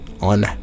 on